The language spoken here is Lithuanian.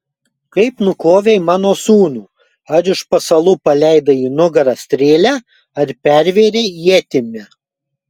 kaip nukovei mano sūnų ar iš pasalų paleidai į nugarą strėlę ar pervėrei ietimi